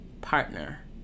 partner